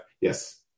yes